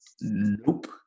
Nope